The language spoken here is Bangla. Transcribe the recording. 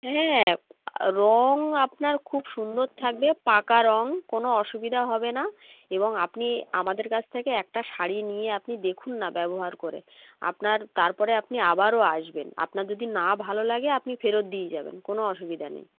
হ্যাঁ রঙ আপনার খুব সুন্দর থাকবে পাকা রঙ কোনো অসুবিধা হবে না এবং আপনি আমাদের কাছ থেকে একটা শাড়ি নিয়ে আপনি দেখুন না ব্যবহার করে আপনার তারপরে আপনি আবারও আসবেন আপনার যদি না ভালো লাগে আপনি ফেরত দিই যাবেন কোনো অসুবিধা নেই